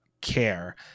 care